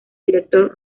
director